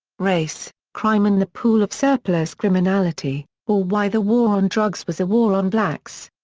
race, crime and the pool of surplus criminality or why the war on drugs was a war on blacks.